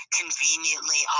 conveniently